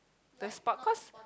the sport cause